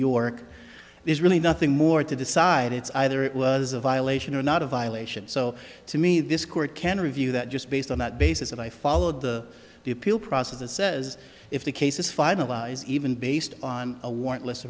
york there's really nothing more to decide it's either it was a violation or not a violation so to me this court can review that just based on that basis and i followed the the appeal process that says if the case is finalized even based on a warrantless